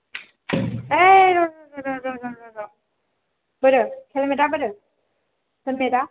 ओइ र' र' र' र' र' र' र' र' र' बोरो हेल्मेटा बोरो हेल्मेटा